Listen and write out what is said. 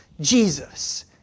Jesus